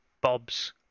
bob's